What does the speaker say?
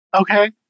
okay